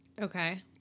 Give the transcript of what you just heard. Okay